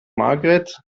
margret